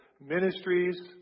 ministries